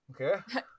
Okay